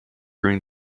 green